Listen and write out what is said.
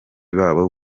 babo